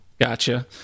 gotcha